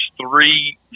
three